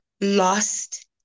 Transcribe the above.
lost